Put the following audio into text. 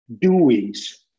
doings